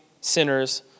sinners